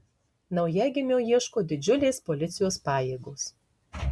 naujagimio ieško didžiulės policijos pajėgos